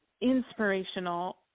inspirational –